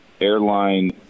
airline